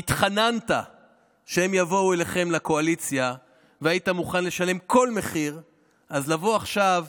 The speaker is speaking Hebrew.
קשה למצוא ביטוי לדבר הזה, אבל כשאתה בא